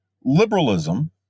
Liberalism